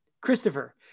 Christopher